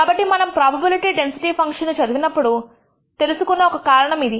కాబట్టి మనము probability density function ను చదివినప్పుడు తెలుసుకున్న ఒక కారణము ఇది